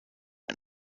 und